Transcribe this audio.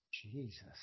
Jesus